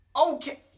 Okay